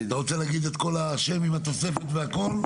אתה רוצה להגיד את כל השם עם התוספת והכל?